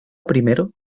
primero